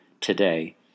today